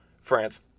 France